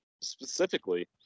specifically